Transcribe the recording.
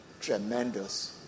tremendous